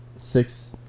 Six